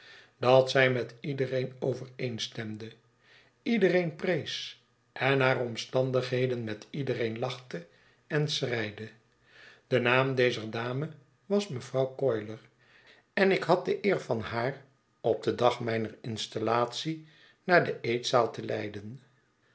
dat zij met iedereen overeenstemde iedereen prees en naar omstandigheden met iedereen lachte en schreide de naam dezer dame was mevrouw coiler en ik had de eer van haar op den dag mijner installatie naar de eetzaal te leiden